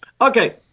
Okay